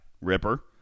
Ripper